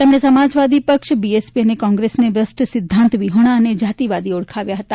તેમણે સમાજવાદી પક્ષ બીએસપી અને કોંગ્રેસને ભ્રષ્ટ સિદ્ધાંત વિહોણા અને જાતિવાદી ઓળખાવ્યા હતા